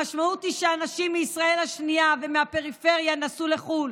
המשמעות היא שאנשים מישראל השנייה ומהפריפריה נסעו לחו"ל,